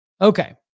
Okay